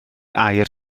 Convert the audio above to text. air